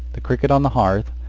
the cricket on the hearth,